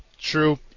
True